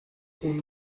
اون